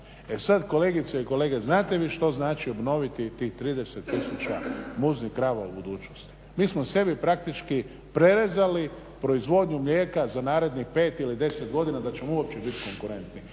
E sada kolegice i kolege, znate vi što znači obnoviti tih 30 tisuća muznih krava u budućnosti? Mi smo sebi praktički prerezali proizvodnju mlijeka za narednih 5 ili 10 godina da ćemo uopće biti konkurentni